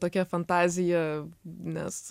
tokia fantazija nes